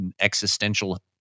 existential